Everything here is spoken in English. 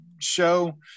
show